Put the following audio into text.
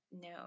No